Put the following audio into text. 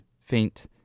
faint